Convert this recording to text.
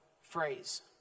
phrase